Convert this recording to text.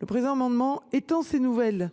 Le présent amendement étend ces nouvelles